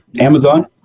amazon